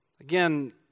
Again